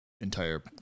entire